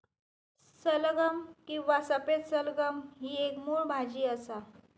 सलगम किंवा सफेद सलगम ही एक मुळ भाजी असा